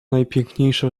najpiękniejsza